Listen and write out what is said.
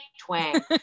twang